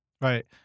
Right